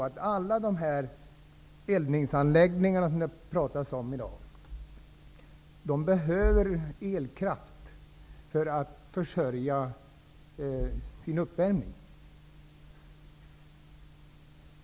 Alla eldningsanläggningar i dag behöver elkraft för uppvärmning.